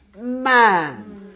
man